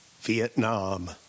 Vietnam